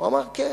הוא אמר "כן".